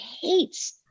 hates